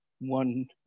one